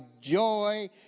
joy